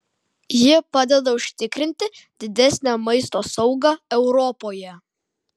ji padeda užtikrinti didesnę maisto saugą europoje